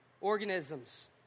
organisms